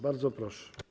Bardzo proszę.